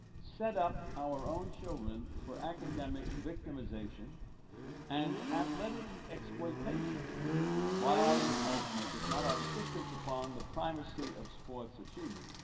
set up our own children for academic victimization and athletic exploitation by our encouragement, if not our insistence, upon the primacy of sports achievement.